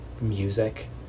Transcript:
music